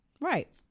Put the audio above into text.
Right